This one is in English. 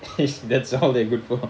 it's all they're good for